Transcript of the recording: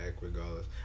regardless